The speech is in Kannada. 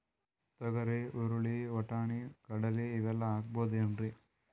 ತೊಗರಿ, ಹುರಳಿ, ವಟ್ಟಣಿ, ಕಡಲಿ ಇವೆಲ್ಲಾ ಹಾಕಬಹುದೇನ್ರಿ?